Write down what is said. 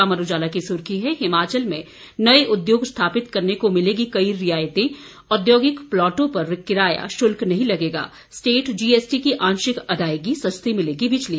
अमर उजाला की सुर्खी है हिमाचल में नए उद्योग स्थापित करने को मिलेंगी कई रियायते औद्योगिक प्लॉटों पर किराया शुल्क नहीं लगेगा स्टेट जीएसटी की आंशिक अदायगी सस्ती मिलेगी बिजली